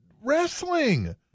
wrestling